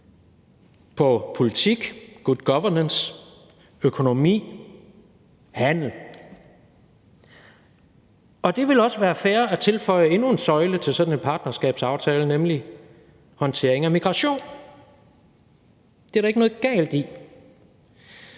på politik, good governance, økonomi, handel. Det vil også være fair at tilføje endnu en søjle til sådan en partnerskabsaftale, nemlig håndtering af migration. Det er der ikke noget galt i.